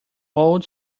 old